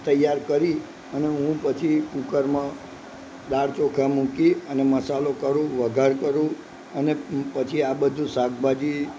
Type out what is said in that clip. તૈયાર કરી અને હું પછી કુકરમાં દાળ ચોખા મૂકી અને મસાલો કરું વઘાર કરું અને પછી આ બધું શાકભાજી